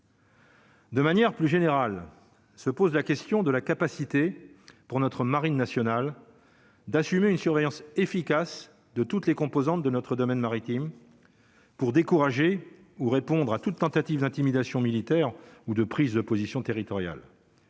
De manière plus générale, se pose la question de la capacité pour notre Marine nationale d'assumer une surveillance efficace de toutes les composantes de notre domaine maritime pour décourager ou répondre à toute tentative d'intimidation militaire ou de prises de position territoriale